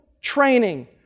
training